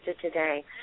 today